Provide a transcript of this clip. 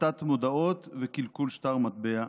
השחתת מודעות וקלקול שטר מטבע,